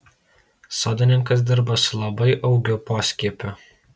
sodininkas dirba su labai augiu poskiepiu